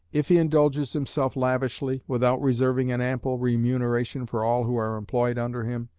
if he indulges himself lavishly, without reserving an ample remuneration for all who are employed under him,